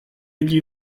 gli